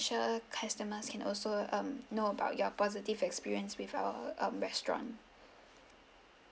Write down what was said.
~tial customers can also know about your positive experience with our restaurant